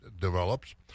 develops